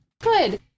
Good